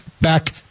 back